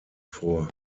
vor